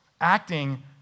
acting